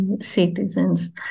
citizens